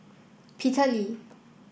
Peter Lee